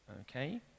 okay